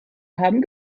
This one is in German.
haben